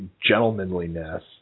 gentlemanliness